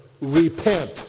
repent